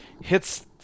hits